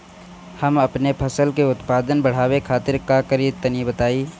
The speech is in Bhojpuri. हम अपने फसल के उत्पादन बड़ावे खातिर का करी टनी बताई?